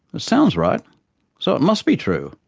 it sounds right so it must be true,